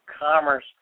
commerce